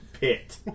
pit